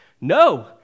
No